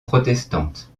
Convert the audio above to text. protestante